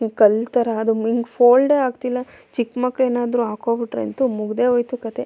ಕಲ್ಲು ಥರ ಅದು ಮಿಂಗ್ ಫೋಲ್ಡೆ ಆಗ್ತಿಲ್ಲ ಚಿಕ್ಕ ಮಕ್ಕಳೇನಾದ್ರು ಹಾಕೊಂಡ್ಬಿಟ್ರೆ ಅಂತು ಮುಗಿದೇ ಹೋಯ್ತು ಕತೆ